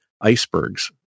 icebergs